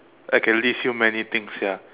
I can list you many things sia